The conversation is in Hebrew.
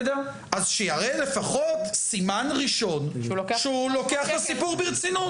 אז שיראה לפחות סימן ראשון שהוא לוקח את הסיפור ברצינות.